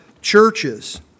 churches